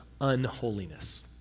unholiness